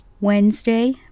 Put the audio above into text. wednesday